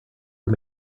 are